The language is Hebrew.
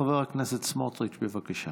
חבר הכנסת סמוטריץ', בבקשה.